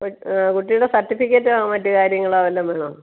ക് കുട്ടിയുടെ സർട്ടിഫിക്കറ്റോ മറ്റ് കാര്യങ്ങളോ വല്ലതും വേണോ